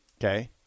Okay